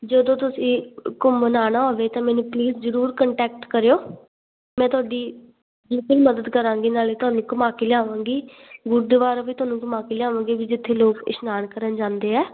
ਜਦੋਂ ਤੁਸੀਂ ਘੁੰਮਣ ਆਉਣਾ ਹੋਵੇ ਤਾਂ ਮੈਨੂੰ ਪਲੀਜ਼ ਜ਼ਰੂਰ ਕੰਟੈਕਟ ਕਰਿਓ ਮੈਂ ਤੁਹਾਡੀ ਮਦਦ ਕਰਾਂਗੀ ਨਾਲੇ ਤੁਹਾਨੂੰ ਘੁਮਾ ਕੇ ਲਿਆਵਾਂਗੀ ਗੁਰਦੁਆਰਾ ਵੀ ਤੁਹਾਨੂੰ ਘੁੰਮਾ ਕੇ ਲਿਆਵਾਂਗੀ ਵੀ ਜਿੱਥੇ ਲੋਕ ਇਸ਼ਨਾਨ ਕਰਨ ਜਾਂਦੇ ਆ